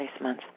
placements